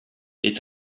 est